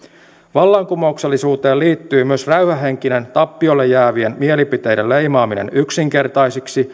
vallankumouksellisuuteen liittyy myös räyhähenkinen tappiolle jäävien mielipiteiden leimaaminen yksinkertaisiksi